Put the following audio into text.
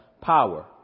power